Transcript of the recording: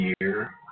year